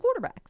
quarterbacks